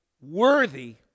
worthy